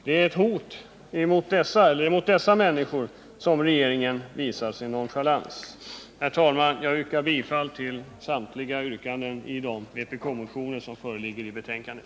Det är mot dessa människor regeringen visar sin nonchalans. Herr talman! Jag yrkar bifall till samtliga yrkanden i de vpk-motioner som behandlas i betänkandet.